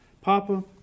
Papa